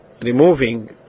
removing